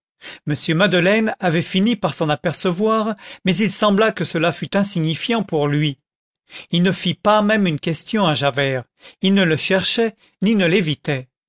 m madeleine avait fini par s'en apercevoir mais il sembla que cela fût insignifiant pour lui il ne fit pas même une question à javert il ne le cherchait ni ne l'évitait